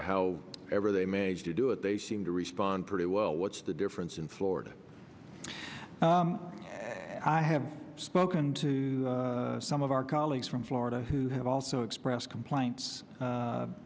how ever they managed to do it they seem to respond pretty well what's the difference in florida i have spoken to some of our colleagues from florida who have also expressed complaints